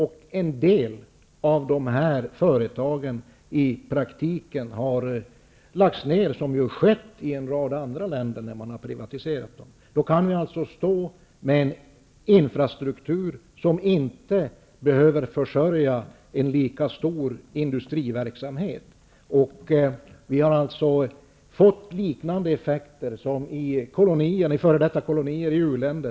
En del av de här företagen har i praktiken lagts ned, vilket har skett i en rad andra länder när man har privatiserat. Då kan vi stå med en infrastruktur, som inte behöver försörja en lika stor industriverksamhet som tidigare. Vi har alltså fått liknande effekter som i f.d. kolonier i u-länder.